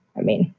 i mean,